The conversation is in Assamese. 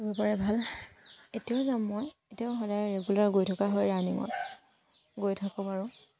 কৰিব পাৰিলে ভাল এতিয়াও যাম মই এতিয়াও সদায় ৰেগুলাৰ গৈ থকা হয় ৰানিঙত গৈ থাকোঁ বাৰু